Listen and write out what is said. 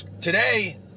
today